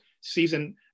season